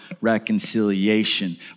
reconciliation